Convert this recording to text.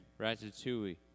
Ratatouille